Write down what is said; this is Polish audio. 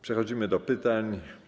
Przechodzimy do pytań.